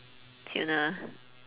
tuna